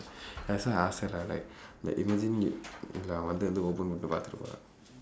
that's why I ask her lah like like imagine you பாத்துட போறா:paaththuda pooraa